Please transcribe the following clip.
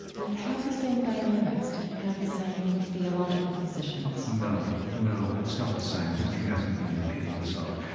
did it have the same dynamics? did it have the same theological positions? no. no, it's not the same. history hasn't been repeating itself.